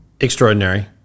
Extraordinary